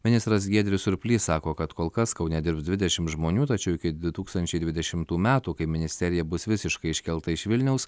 ministras giedrius surplys sako kad kol kas kaune dirbs dvidešim žmonių tačiau iki du tūkstančiai dvidešimtų metų kai ministerija bus visiškai iškelta iš vilniaus